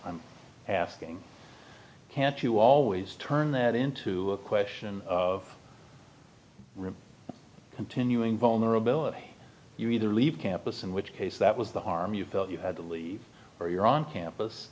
i'm asking can't you always turn that into a question of room continuing vulnerability you either leave campus in which case that was the harm you felt you had to leave or you're on campus